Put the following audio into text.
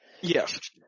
Yes